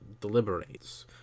deliberates